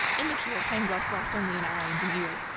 in the cure pangloss lost only an eye and an ear.